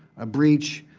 a breach,